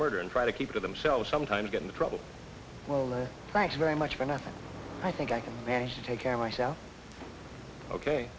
murder and try to keep to themselves sometimes get into trouble oh thanks very much for nothing i think i can manage to take care myself ok